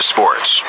Sports